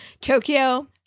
Tokyo